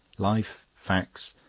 life, facts,